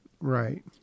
Right